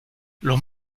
los